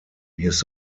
his